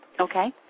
Okay